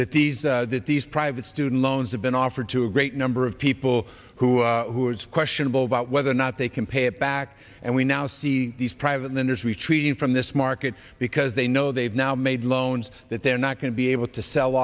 that these that these private student loans have been offered to a great number of people who who is questionable about whether or not they can pay it back and we now see these private lenders retreating from this market because they know they've now made loans that they're not going to be able to sell